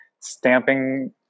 stamping